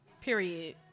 Period